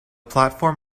platform